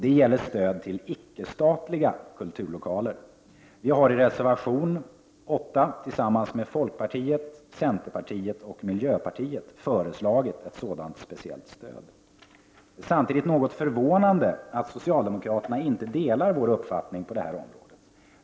Det gäller stöd till icke-statliga kulturlokaler. Vi har i reservation 8, tillsammans med folkpartiet, centern och miljöpartiet, föreslagit ett sådant speciellt stöd. Det är samtidigt något förvånande att socialdemokraterna inte delar vår uppfattning på detta område.